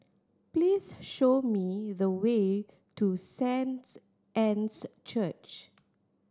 please show me the way to Saint Anne's Church